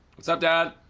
what's up dad.